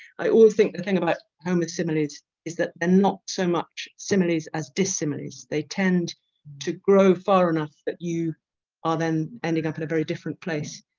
i always think the thing about homer's similes is that they're not so much similes as dissimiles they tend to grow far enough that you are then ending up in a very different place.